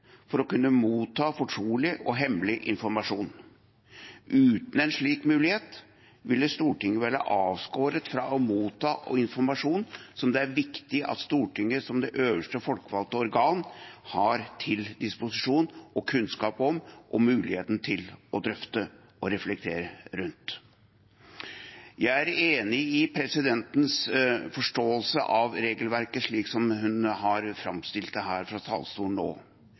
for å kunne motta fortrolig og hemmelig informasjon. Uten en slik mulighet ville Stortinget være avskåret fra å motta informasjon som det er viktig at Stortinget som det øverste folkevalgte organ har til disposisjon, har kunnskap om og har muligheten til å drøfte og reflektere rundt. Jeg er enig i presidentens forståelse av regelverket slik hun har framstilt det her fra talerstolen nå.